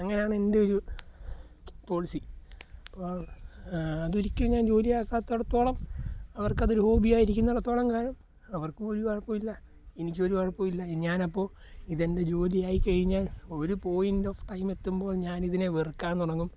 അങ്ങനെയാണെൻ്റെ ഒരു പോളിസി അതൊരിക്കലും ഞാൻ ജോലി ആക്കാത്തിടത്തോളം അവർക്കതൊരു ഹോബിയായി ഇരിക്കുന്നിടത്തോളം കാലം അവർക്ക് ഒരു കുഴപ്പമോ ഇല്ല എനിക്ക് ഒരു കുഴപ്പമോ ഇല്ല ഞാൻ അപ്പോൾ ഇതെൻ്റെ ജോലിയായി കഴിഞ്ഞ ഒരു പോയിൻറ്റ് ഓഫ് ടൈം എത്തുമ്പോൾ ഞാനിതിനെ വെറുക്കാൻ തുടങ്ങും